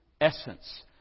essence